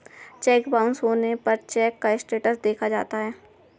check bounce होने पर cheque का स्टेटस देखा जाता है